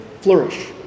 flourish